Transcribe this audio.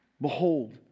Behold